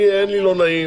אני אין לי לא נעים,